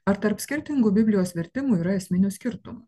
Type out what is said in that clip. ar tarp skirtingų biblijos vertimų yra esminių skirtumų